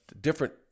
different